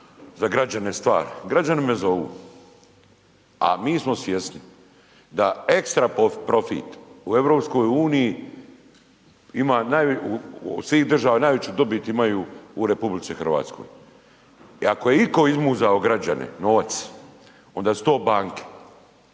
za građane, stvar. Građani me zovu, a mi smo svjesni da ekstra profit u EU ima od svih država najveću dobit imaju u RH. I ako je itko izmuzao građane novac, onda su to banke.